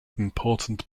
important